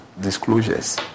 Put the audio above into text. disclosures